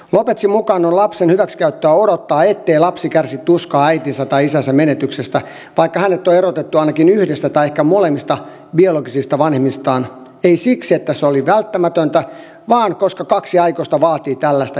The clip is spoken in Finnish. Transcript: lopezin mukaan on lapsen hyväksikäyttöä odottaa ettei lapsi kärsi tuskaa äitinsä tai isänsä menetyksestä vaikka hänet on erotettu ainakin yhdestä tai ehkä molemmista biologisista vanhemmistaan ei siksi että se oli välttämätöntä vaan koska kaksi aikuista vaatii tällaista järjestelyä